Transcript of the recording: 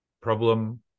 problem